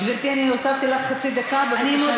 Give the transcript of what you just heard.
גברתי, אני הוספתי לך חצי דקה, בבקשה לסיים.